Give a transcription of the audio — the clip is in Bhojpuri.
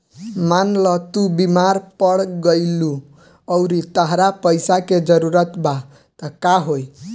मान ल तू बीमार पड़ गइलू अउरी तहरा पइसा के जरूरत बा त का होइ